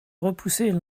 repousser